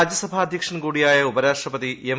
രാജ്യസഭാ അധ്യക്ഷൻ കൂടിയായ ഉപരാഷ്ട്രപതി എം